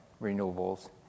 renewables